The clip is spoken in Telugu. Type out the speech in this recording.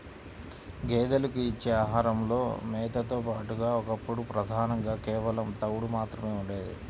గేదెలకు ఇచ్చే ఆహారంలో మేతతో పాటుగా ఒకప్పుడు ప్రధానంగా కేవలం తవుడు మాత్రమే ఉండేది